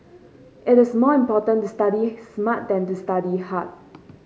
it is more important to study smart than to study hard